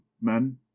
men